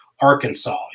Arkansas